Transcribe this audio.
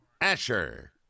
Asher